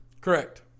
Correct